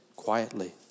quietly